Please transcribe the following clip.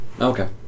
Okay